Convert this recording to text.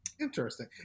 Interesting